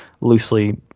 loosely